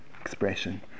expression